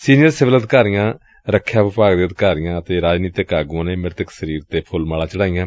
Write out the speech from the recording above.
senior civil ਅਧਿਕਾਰੀਆਂ ਰਖਿਆ ਵਿਭਾਗ ਦੇ ਅਧਿਕਾਰੀਆਂ ਅਤ ਰਾਜਨੀਤਕ ਆਗੁਆਂ ਨੇ ਮ੍ਰਿਤਕ ਸਰੀਰ ਤੇ ਫੁੱਲ ਮਾਲਾ ਚੜਾਈਆਂ